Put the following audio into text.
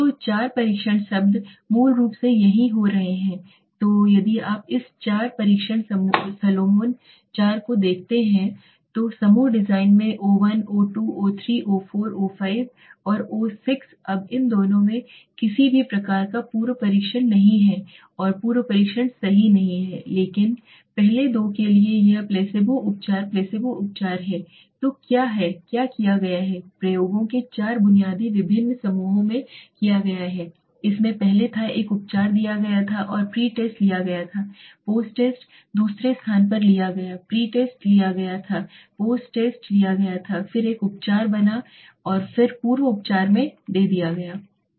तो चार परीक्षण शब्द मूल रूप से यहीं हो रहे हैं तो यदि आप इस चार परीक्षण सोलोमन 4 को देखते हैं समूह डिजाइन जिसमें O 1 O 2 O 3 O 4 O 5 और ओ 6 अब इन दोनों में किसी भी प्रकार का पूर्व परीक्षण नहीं है कोई पूर्व परीक्षण सही नहीं है लेकिन पहले दो के लिए यह प्लेसबो उपचार प्लेसबो उपचार है तो क्या है किया गया है प्रयोगों के चार बुनियादी विभिन्न समूहों में किया गया है जिसमें पहले था एक उपचार दिया गया और प्री टेस्ट लिया गया और पोस्ट टेस्ट दूसरे स्थान पर लिया गया प्रीस्टेस्ट लिया गया था पोस्टस्टैस्ट लिया गया था फिर एक उपचार बिना किसी पूर्व उपचार के दिया गया था